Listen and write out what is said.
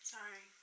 Sorry